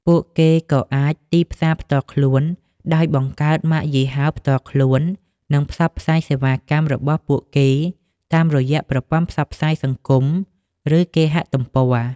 ពួកគេក៏អាច ទីផ្សារផ្ទាល់ខ្លួន ដោយបង្កើតម៉ាកយីហោផ្ទាល់ខ្លួន និងផ្សព្វផ្សាយសេវាកម្មរបស់ពួកគេតាមរយៈប្រព័ន្ធផ្សព្វផ្សាយសង្គម ឬគេហទំព័រ។